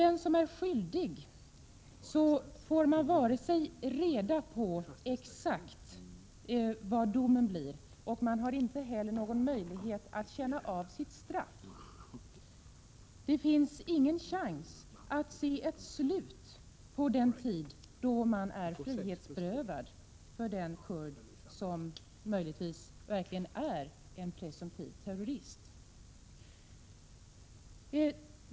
Den som är skyldig får inte exakt reda på vad domen blir och har inte heller någon möjlighet att tjäna av sitt straff. För den kurd som möjligtvis verkligen är att anse som en presumtiv terrorist finns det alltså ingen chans att se ett slut på den tid då man är berövad sin frihet.